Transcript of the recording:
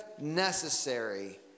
necessary